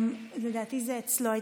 לדעתי, זה אצלו.